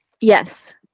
Yes